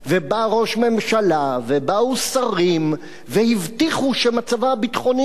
ובא ראש ממשלה ובאו שרים והבטיחו שמצבה הביטחוני של